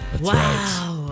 Wow